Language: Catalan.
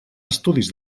estudis